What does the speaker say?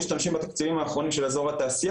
משתמשים בתקציבים האחרונים של אזור התעשייה